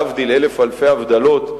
להבדיל אלף אלפי הבדלות,